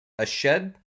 Ashed